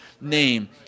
name